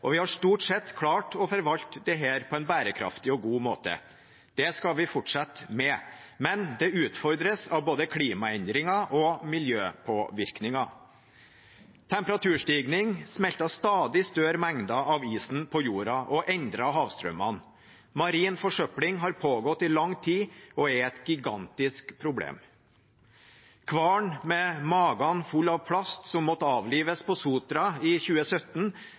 og vi har stort sett klart å forvalte dette på en bærekraftig og god måte. Det skal vi fortsette med. Men det utfordres av både klimaendringer og miljøpåvirkning. Temperaturstigning smelter stadig større mengder av isen på jorda, og endrer havstrømmene. Marin forsøpling har pågått i lang tid og er et gigantisk problem. Hvalen med magen full av plast som måtte avlives på Sotra i